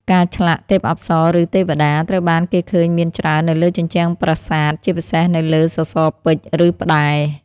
ការឆ្លាក់ ទេពអប្សរ ឬ ទេវតា ត្រូវបានគេឃើញមានច្រើននៅលើជញ្ជាំងប្រាសាទ ជាពិសេសនៅលើសសរពេជ្រ ឬផ្តែរ។